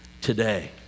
today